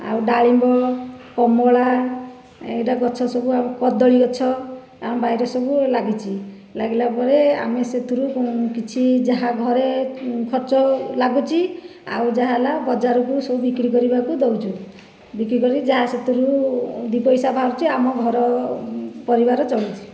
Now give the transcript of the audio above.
ଆଉ ଡାଳିମ୍ବ କମଳା ଏଇଟା ଗଛ ସବୁ ଆଉ କଦଳୀ ଗଛ ଆମ ବାଇରେ ସବୁ ଲାଗିଛି ଲାଗିଲା ପରେ ଆମେ ସେଥିରୁ କିଛି ଯାହା ଘରେ ଖର୍ଚ୍ଚ ଲାଗୁଛି ଆଉ ଯାହା ହେଲା ବଜାରକୁ ସବୁ ବିକ୍ରି କରିବାକୁ ଦେଉଛୁ ବିକି କରି ଯାହା ସେଥିରୁ ଦୁଇ ପଇସା ବାହାରୁଛି ଆମ ଘର ପରିବାର ଚଳୁଛି